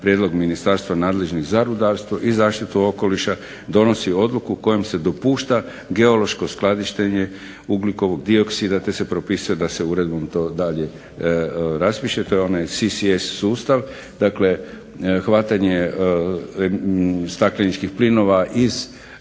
prijedlog Ministarstva nadležnih za rudarstvo i zaštitu okoliša donosi odluku kojom se dopušta geološko skladištenje ugljikovog dioksida te se propisuje da se uredbom to dalje raspiše to je onaj CCS sustav dakle hvatanje stakleničkih plinova iz